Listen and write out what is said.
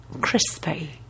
crispy